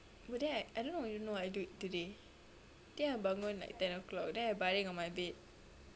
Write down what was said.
but then right I don't know I don't know what I do today I think I bagun like ten o'clock then I baring on my bed